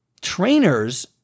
trainers